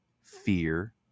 fear